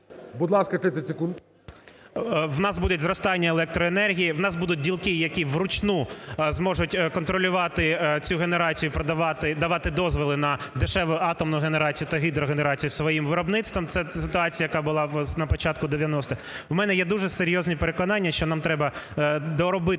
В нас буде зростання електроенергії, у нас будуть ділки, які вручну зможуть контролювати цю генерацію, і продавати, давати дозволи на дешеву атомну генерацію та гідрогенерацію своїм виробництвом. Це ситуація, яка була на початку 90-х. У мене є дуже серйозні переконання, що нам треба доробити